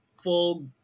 full